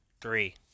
three